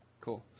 cool